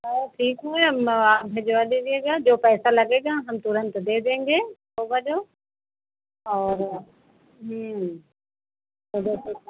हाँ ठीक हुए हम बाबा भेजबा दीजिएगा जो पैसा लगेगा हम तुरन्त दे देंगे होगा जो और लिए हैं चौदह सौ का